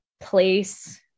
place